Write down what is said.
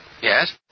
Yes